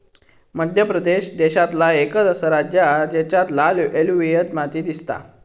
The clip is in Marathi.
मध्य प्रदेश देशांतला एकंच असा राज्य हा जेच्यात लाल एलुवियल माती दिसता